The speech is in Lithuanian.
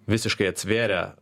visiškai atsvėrė